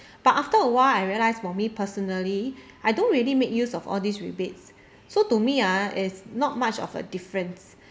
but after a while I realised for me personally I don't really make use of all these rebates so to me ah it's not much of a difference